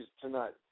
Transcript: tonight